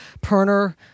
Perner